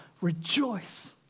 rejoice